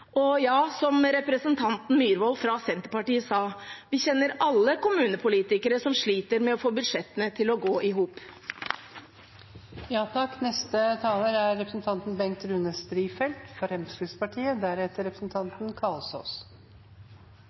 Og, ja – som representanten Myrvold fra Senterpartiet sa det: Vi kjenner alle kommunepolitikere som sliter med å få budsjettene til å gå i